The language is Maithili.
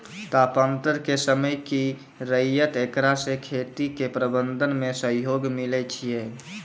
तापान्तर के समय की रहतै एकरा से खेती के प्रबंधन मे सहयोग मिलैय छैय?